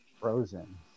frozen